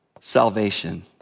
salvation